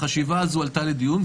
החשיבה הזו עלתה לדיון?